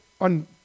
on